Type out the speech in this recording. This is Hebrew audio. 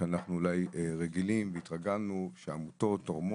אנחנו אולי רגילים והתרגלנו שעמותות תורמות,